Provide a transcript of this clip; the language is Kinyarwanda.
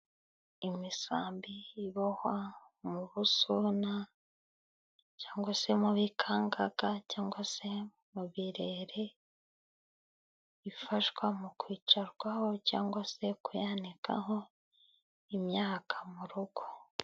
Imisambi ibohwa mu busuna cyangwa se mubikangaga cyangwa se mu birere, ifashwa mu kwicarwaho cyangwa se kuyanikaho imyakaka mu rugo.